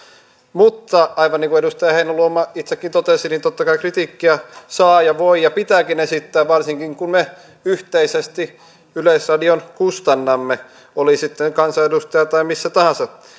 mutta aivan niin kuin edustaja heinäluoma itsekin totesi totta kai kritiikkiä saa ja voi ja pitääkin esittää varsinkin kun me yhteisesti yleisradion kustannamme oli sitten kansanedustaja tai missä tahansa